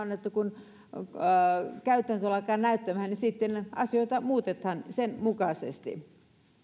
on että kun käytäntö alkaa näyttämään niin sitten asioita muutetaan sen mukaisesti